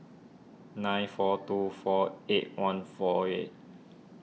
nine four two four eight one four eight